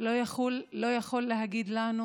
לא יכול להגיד לנו